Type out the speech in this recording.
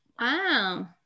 Wow